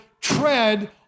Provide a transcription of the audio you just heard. tread